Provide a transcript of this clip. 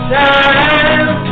time